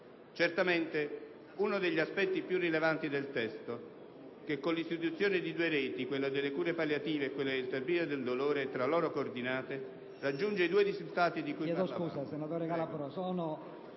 Certamente, uno degli aspetti più rilevanti del testo è che con l'istituzione di due reti, quella delle cure palliative e quella della terapia del dolore tra loro coordinate, si raggiungono i due risultati di cui parlavamo.